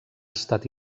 estat